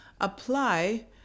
apply